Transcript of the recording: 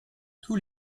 tous